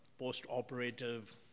post-operative